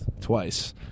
Twice